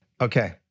Okay